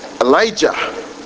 Elijah